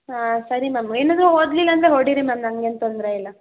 ಹಾಂ ಸರಿ ಮ್ಯಾಮ್ ಏನಾದರೂ ಓದಲಿಲ್ಲ ಅಂದರೆ ಹೊಡೀರಿ ಮ್ಯಾಮ್ ನಂಗೇನು ತೊಂದರೆ ಇಲ್ಲ